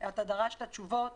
ודרשת תשובות.